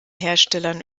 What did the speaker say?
herstellern